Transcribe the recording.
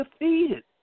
defeated